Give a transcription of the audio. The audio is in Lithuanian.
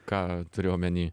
ką turi omeny